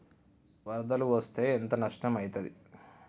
వరదలు వస్తే ఎంత నష్టం ఐతది?